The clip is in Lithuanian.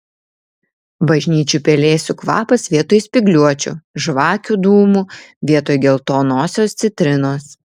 bažnyčių pelėsių kvapas vietoj spygliuočių žvakių dūmų vietoj geltonosios citrinos